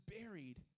buried